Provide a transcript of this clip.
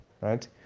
right